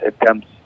attempts